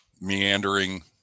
meandering